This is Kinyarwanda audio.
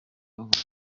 yavutse